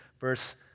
verse